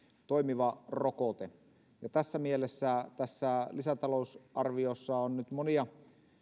toimiva rokote ja tässä mielessä tässä lisätalousarviossa on nyt monia